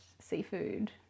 seafood